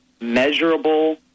measurable